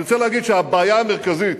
אני רוצה להגיד שהבעיה המרכזית